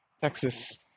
Texas